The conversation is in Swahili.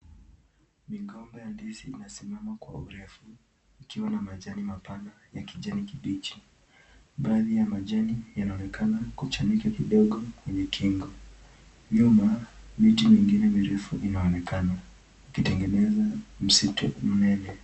Migomba ya ndizi inasimama kwa urefu ikiwa na majani mapana ya kijani kibichi. Baadhi ya majani yanaonekana kuchanika kidogo kwenye kingo. Nyuma, miti mingine mirefu inaonekana ikitengeneza msitu mnene.